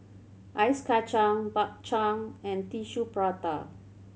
ice kacang Bak Chang and Tissue Prata